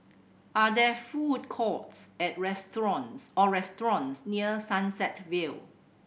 are there food courts at restaurants or restaurants near Sunset Vale